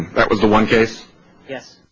that was the one case yeah